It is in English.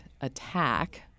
attack